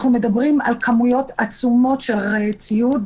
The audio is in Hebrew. אנחנו מדברים על כמויות עצומות של ציוד,